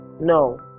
No